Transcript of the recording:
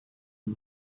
the